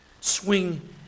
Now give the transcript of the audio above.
swing